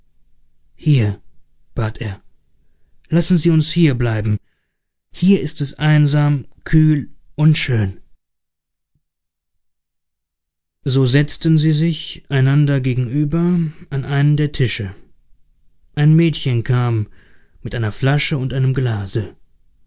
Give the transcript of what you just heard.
hier bat er lassen sie uns hier bleiben hier ist es einsam kühl und schön so setzten sie sich einander gegenüber an einen der tische ein mädchen kam mit einer flasche und einem glase